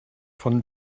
von